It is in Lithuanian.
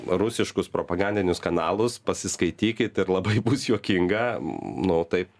rusiškus propagandinius kanalus pasiskaitykit ir labai bus juokinga nu taip